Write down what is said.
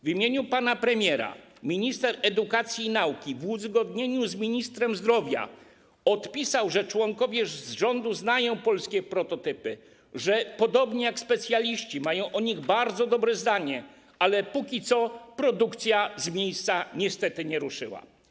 W imieniu pana premiera minister edukacji i nauki w uzgodnieniu z ministrem zdrowia odpisał, że członkowie rządu znają polskie prototypy, że podobnie jak specjaliści, mają o nich bardzo dobre zdanie, ale jak dotąd produkcja z miejsca niestety nie ruszyła.